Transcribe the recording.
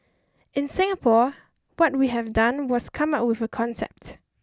in Singapore what we have done was come up with a concept